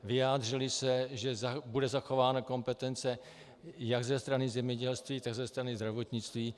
Vyjádřili se, že bude zachována kompetence jak ze strany zemědělství, tak ze strany zdravotnictví.